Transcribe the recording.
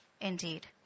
indeed